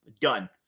Done